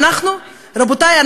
רבותי,